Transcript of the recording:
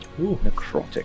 necrotic